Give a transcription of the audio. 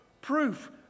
proof